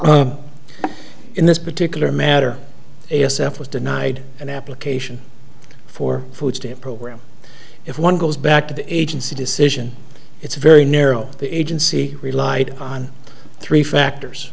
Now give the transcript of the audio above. erred in this particular matter s f was denied an application for food stamp program if one goes back to the agency decision it's very narrow the agency relied on three factors